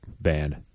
band